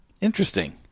interesting